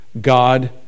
God